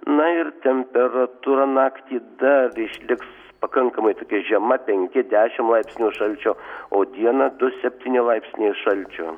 na ir temperatūra naktį dar išliks pakankamai tokia žema penki dešim laipsnių šalčio o dieną du septyni laipsniai šalčio